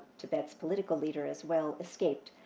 tibet's political leader, as well, escaped,